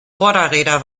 vorderräder